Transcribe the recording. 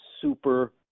super